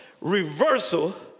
reversal